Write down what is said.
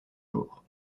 jour